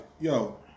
yo